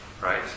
right